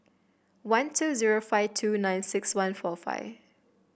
one two zero five two nine six one four five